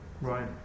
Right